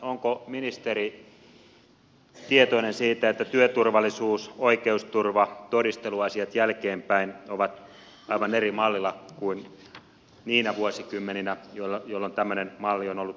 onko ministeri tietoinen siitä että työturvallisuus oikeusturva todisteluasiat jälkeenpäin ovat aivan eri mallilla kuin niinä vuosikymmeninä jolloin tämmöinen malli on ollut käytössä